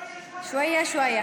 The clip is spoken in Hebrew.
שוואיה-שוואיה.